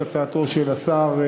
את הצעתו של השר,